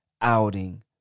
outing